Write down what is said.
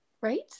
Right